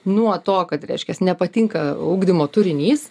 nuo to kad reiškias nepatinka ugdymo turinys